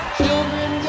children